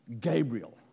Gabriel